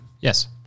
Yes